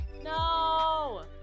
no